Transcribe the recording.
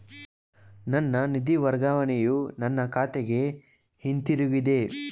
ನನ್ನ ನಿಧಿ ವರ್ಗಾವಣೆಯು ನನ್ನ ಖಾತೆಗೆ ಹಿಂತಿರುಗಿದೆ